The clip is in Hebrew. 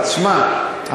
שמע,